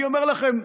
אני אומר לכם,